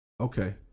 okay